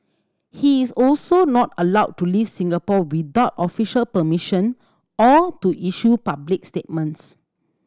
he is also not allowed to leave Singapore without official permission or to issue public statements